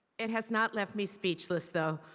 it has not left me speechless though,